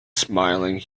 smiling